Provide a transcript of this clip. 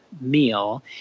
meal